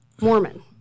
Mormon